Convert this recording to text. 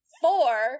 Four